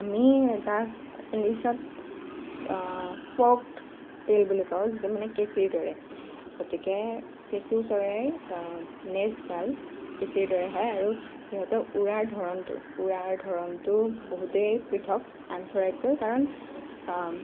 আমি তাক ইংলিছত ফৰ্কট টেইল বুলি কওঁ যিটো মানে কেঁচিৰ দৰে গতিকে ফেচু চৰাইৰ নেজডাল কেঁচিৰ দৰে হয় আৰু সিহঁতৰ উৰাৰ ধৰণটো উৰাৰ ধৰণটো বহুতেই পৃথক আন চৰাইতকৈ কাৰণ